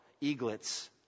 Eaglets